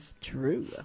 true